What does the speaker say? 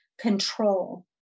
control